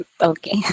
Okay